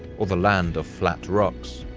or the land of flat rocks.